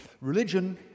religion